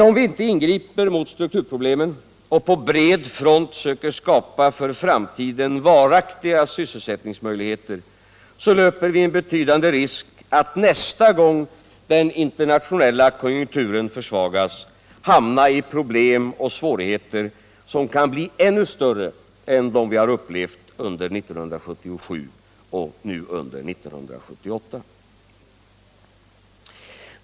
Om vi inte ingriper mot strukturproblemen och på bred front söker skapa för framtiden varaktiga sysselsättningsmöjligheter, så löper vi en risk att nästa gång den internationella konjunkturen försvagas hamna i problem och svårigheter som kan bli ännu större än dem vi har upplevt under 1977 och 1978.